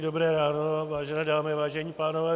Dobré ráno, vážené dámy, vážení pánové.